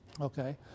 Okay